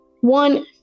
one